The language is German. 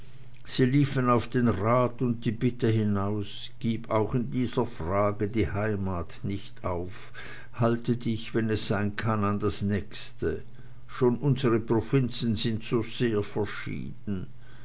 sie liefen auf den rat und die bitte hinaus gib auch in dieser frage die heimat nicht auf halte dich wenn es sein kann an das nächste schon unsre provinzen sind so sehr verschieden